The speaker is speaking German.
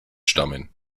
stammen